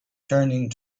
turning